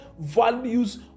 values